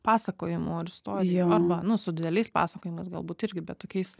pasakojimų ar istorijų arba nu su dideliais pasakojimas galbūt irgi bet tokiais